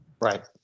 Right